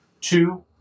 Two